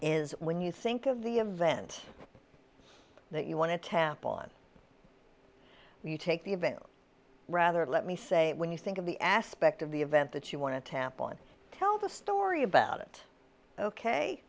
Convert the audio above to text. is when you think of the event that you want to tap on you take the event rather let me say when you think of the aspect of the event that you want to tap on tell the story about it ok